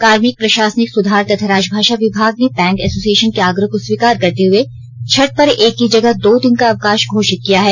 कार्मिक प्रशासनिक सुधार तथा राजभाषा विभाग ने बैंक एसोसिएशन के आग्रह को स्वीकार करते हुए छठ पर एक कि जगह दो दिन का अवकाश घोषित किया है